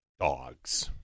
dogs